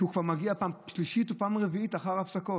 שהוא כבר מגיע פעם שלישית או רביעית לאחר הפסקות.